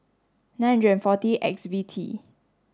nine hundred and forty X V T